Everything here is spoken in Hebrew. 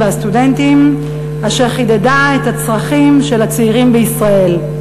והסטודנטים אשר חידדה את הצרכים של הצעירים בישראל.